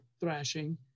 thrashing